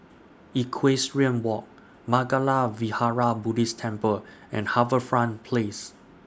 Equestrian Walk Mangala Vihara Buddhist Temple and HarbourFront Place